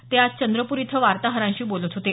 ते आज चंद्रपूर इथं वार्ताहरांशी बोलत होते